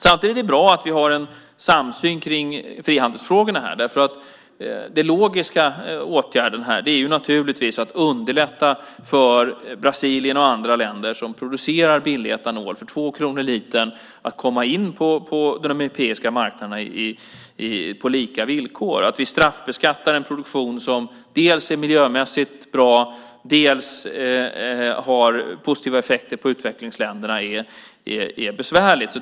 Samtidigt är det bra att vi har en samsyn i frihandelsfrågorna. Den logiska åtgärden är att underlätta för Brasilien och andra länder som producerar billig etanol för 2 kronor litern att komma in på de europeiska marknaderna på lika villkor. Att vi straffbeskattar en produktion som dels är miljömässigt bra, dels har positiva effekter på utvecklingsländerna är besvärligt.